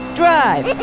drive